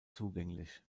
zugänglich